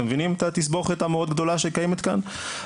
אתם מבינים את התסבוכת המאוד גדולה שקיימת כאן?